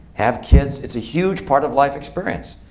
have kids. it's a huge part of life experience.